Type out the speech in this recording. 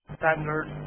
standard